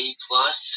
A-plus